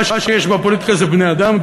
מה שיש בפוליטיקה זה בני-אדם,